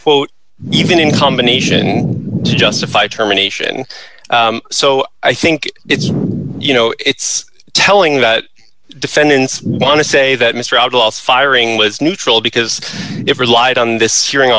quote even in combination to justify terminations so i think it's you know it's telling that defendants want to say that mr outlaws firing was neutral because it relied on this hearing